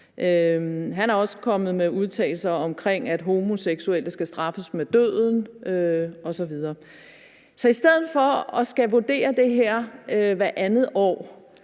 Han er også kommet med udtalelser om, at homoseksuelle skal straffes med døden osv. Så synes ministeren ikke, det er værd at